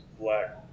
black